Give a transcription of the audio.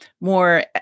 more